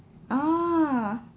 ah